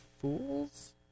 Fool's